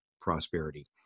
prosperity